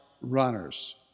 runners